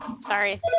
Sorry